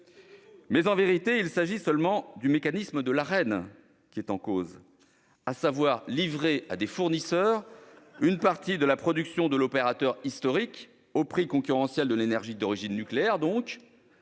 Mais, en vérité, c'est seulement le mécanisme de l'Arenh qui est en cause, à savoir livrer à des fournisseurs une partie de la production de l'opérateur historique au prix concurrentiel de l'électricité d'origine nucléaire,